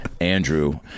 Andrew